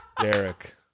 Derek